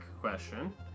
question